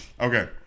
Okay